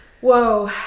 Whoa